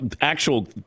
actual